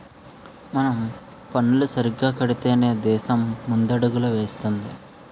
మనం పన్నులు సరిగ్గా కడితేనే దేశం ముందడుగులు వేస్తుంది